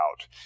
out